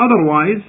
otherwise